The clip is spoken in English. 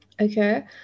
okay